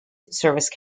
service